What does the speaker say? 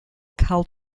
cult